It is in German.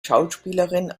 schauspielerin